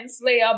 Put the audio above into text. slayer